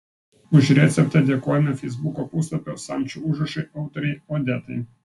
už receptą dėkojame feisbuko puslapio samčio užrašai autorei odetai